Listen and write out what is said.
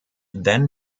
then